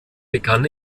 begann